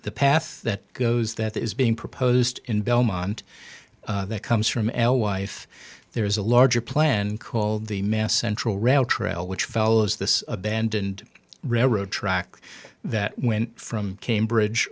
the path that goes that is being proposed in belmont that comes from l wife there is a larger plan called the mass central rail trail which follows this abandoned railroad track that went from cambridge